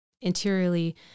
interiorly